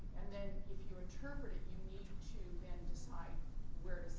then if you interpret it, you need to then decide where